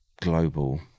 global